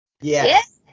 Yes